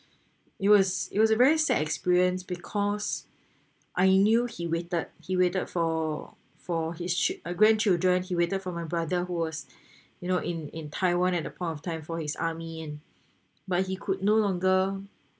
it was it was a very sad experience because I knew he waited he waited for for his should uh grandchildren he waited for my brother who was you know in in taiwan at a point of time for his army and but he could no longer